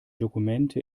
dokumente